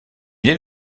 est